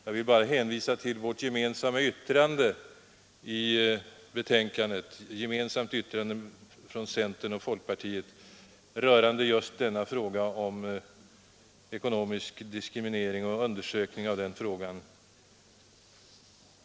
Jag vill bara hänvisa till centerns och folkpartiets gemensamma yttrande i betänkandet, där just undersökning av frågan om ekonomisk diskriminering av äktenskapet bl.a. påfordras.